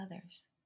others